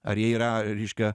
ar jie yra reiškia